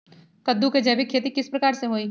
कददु के जैविक खेती किस प्रकार से होई?